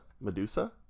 Medusa